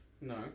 No